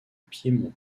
piémont